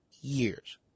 years